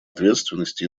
ответственности